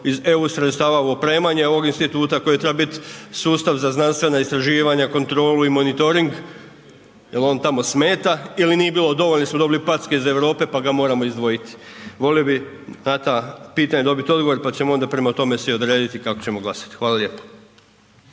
iz EU sredstava u opremanje ovog instituta koji treba biti sustav za znanstvena istraživanja, kontrolu i monitoring. Je li on tamo smeta ili nije bilo dovoljno, pa smo dobili packe iz Europe pa ga moramo izdvojiti. Volio bih na ta pitanja dobiti odgovor pa ćemo onda prema tome si odrediti kako ćemo glasati. Hvala lijepo.